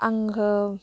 आंखौ